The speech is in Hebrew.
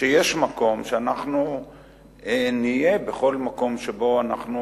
שיש מקום שאנחנו נהיה בכל מקום שבו אנחנו